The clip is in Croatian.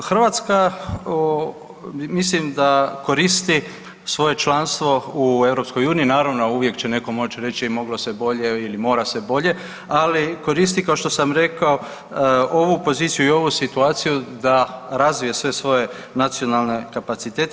Pa Hrvatska mislim da koristi svoje članstvo u EU, naravno uvijek će neko moći reći i moglo se bolje ili mora se bolje, ali koristi kao što sam rekao ovu poziciju i ovu situaciju da razvije sve svoje nacionalne kapacitete.